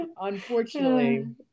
Unfortunately